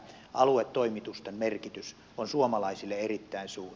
aluetoimitusten merkitys on suomalaisille erittäin suuri